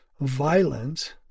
Violence